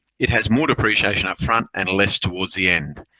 it has more depreciation upfront and less towards the end.